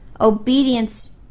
Obedience